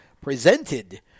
presented